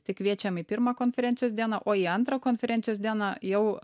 tai kviečiam į pirmą konferencijos dieną o į antrą konferencijos dieną jau